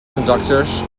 conductors